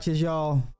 y'all